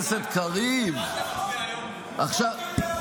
חבר הכנסת קריב --- חוק הלאום הוריד